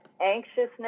anxiousness